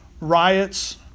riots